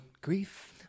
grief